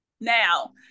Now